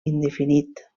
indefinit